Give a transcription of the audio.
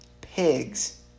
pigs